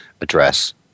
address